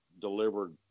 delivered